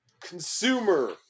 consumer